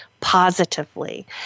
positively